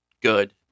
good